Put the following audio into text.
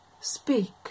Speak